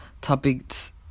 topics